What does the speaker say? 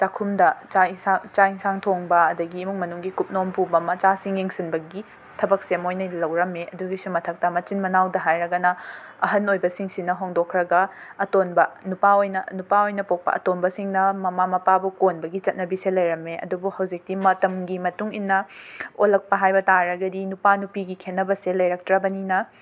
ꯆꯥꯛꯈꯨꯝꯗ ꯆꯥꯛ ꯏꯁꯥꯛ ꯆꯥꯛ ꯏꯟꯁꯥꯡ ꯊꯣꯡꯕ ꯑꯗꯒꯤ ꯏꯃꯨꯡ ꯃꯅꯨꯡꯒꯤ ꯀꯨꯞꯅꯣꯝ ꯄꯨꯕ ꯃꯆꯥꯁꯤꯡ ꯌꯦꯡꯁꯤꯟꯕꯒꯤ ꯊꯕꯛꯁꯦ ꯃꯣꯏꯅ ꯂꯧꯔꯝꯃꯦ ꯑꯗꯨꯒꯤꯁꯨ ꯃꯊꯛꯇ ꯃꯆꯤꯟ ꯃꯅꯥꯎꯗ ꯍꯥꯏꯔꯒꯅ ꯑꯍꯟ ꯑꯣꯏꯕꯁꯤꯡꯁꯤꯅ ꯍꯣꯡꯗꯣꯛ ꯈ꯭ꯔꯒ ꯑꯇꯣꯟꯕ ꯅꯨꯄꯥ ꯑꯣꯏꯅ ꯅꯨꯄꯥ ꯑꯣꯏꯅ ꯄꯣꯛꯄ ꯑꯇꯣꯝꯕꯁꯤꯡꯅ ꯃꯃꯥ ꯃꯄꯥꯕꯨ ꯀꯣꯟꯕꯒꯤ ꯆꯠꯅꯕꯤꯁꯦ ꯂꯩꯔꯝꯃꯦ ꯑꯗꯨꯕꯨ ꯍꯧꯖꯤꯛꯇꯤ ꯃꯇꯝꯒꯤ ꯃꯇꯨꯡ ꯏꯟꯅ ꯑꯣꯜꯂꯛꯄ ꯍꯥꯏꯕ ꯇꯥꯔꯒꯗꯤ ꯅꯨꯄꯥ ꯅꯨꯄꯤꯒꯤ ꯈꯦꯠꯅꯕꯁꯦ ꯂꯩꯔꯛꯇ꯭ꯔꯕꯅꯤꯅ